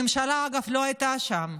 אגב, הממשלה לא הייתה שם,